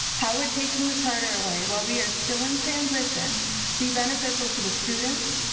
how would taking the charter away while we are still in transition be beneficial to the students,